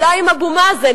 אולי עם אבו מאזן,